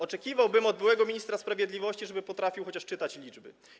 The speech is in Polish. Oczekiwałbym od byłego ministra sprawiedliwości, żeby potrafił chociaż czytać liczby.